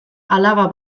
alaba